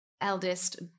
eldest